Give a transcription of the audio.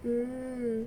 mm